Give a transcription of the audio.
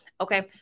okay